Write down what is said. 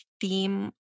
theme